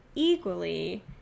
Equally